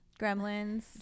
Gremlins